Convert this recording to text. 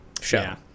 show